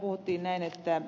arvoisa puhemies